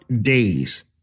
days